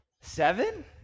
Seven